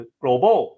global